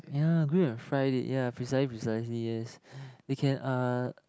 ya grill and fried it yeah precisely precisely yes they can uh